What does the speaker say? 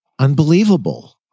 Unbelievable